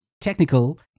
technical